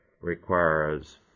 requires